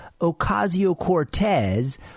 Ocasio-Cortez